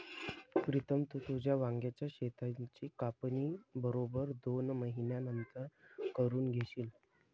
प्रीतम, तू तुझ्या वांग्याच शेताची कापणी बरोबर दोन महिन्यांनंतर करून घेशील